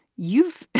you've